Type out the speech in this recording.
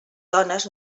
dones